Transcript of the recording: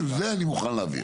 אני לא אחליט.